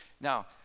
Now